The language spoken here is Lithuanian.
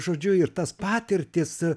žodžiu ir tas patirtis